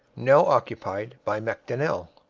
now occupied by macdonell.